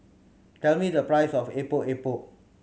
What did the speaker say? tell me the price of Epok Epok